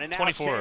24